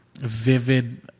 vivid